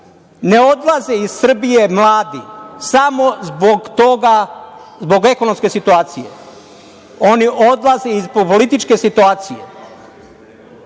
Ne odlaze iz Srbije mladi samo zbog toga, zbog ekonomske situacije. Oni odlaze iz političke situacije.